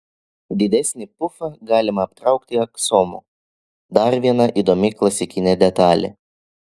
didesnį pufą galima aptraukti aksomu dar viena įdomi klasikinė detalė